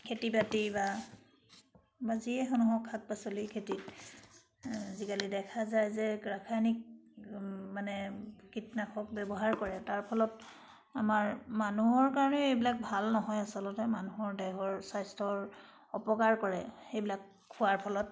খেতি বাতি বা বা যিয়ে নহওক শাক পাচলি খেতি আজিকালি দেখা যায় যে ৰাসায়নিক মানে কীটনাশক ব্যৱহাৰ কৰে তাৰ ফলত আমাৰ মানুহৰ কাৰণে এইবিলাক ভাল নহয় আচলতে মানুহৰ দেহৰ স্বাস্থ্যৰ অপকাৰ কৰে সেইবিলাক খোৱাৰ ফলত